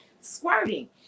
squirting